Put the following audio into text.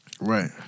right